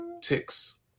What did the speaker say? ticks